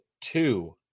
two